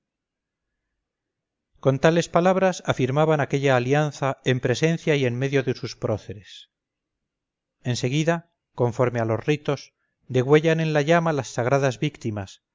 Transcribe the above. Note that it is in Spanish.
con tales palabras afirmaban aquella alianza en presencia y en medio de sus próceres en seguida conforme a los ritos degüellan en la llama las sagradas víctimas